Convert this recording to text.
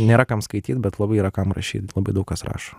nėra kam skaityt bet labai yra kam rašyt labai daug kas rašo